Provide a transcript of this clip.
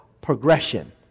Progression